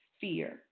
fear